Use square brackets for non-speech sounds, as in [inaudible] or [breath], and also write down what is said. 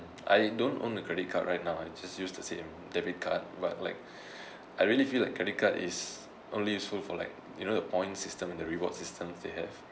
I don't own a credit card right now I just use the same debit card but like [breath] I really feel like credit card is only useful for like you know the point system in the reward system they have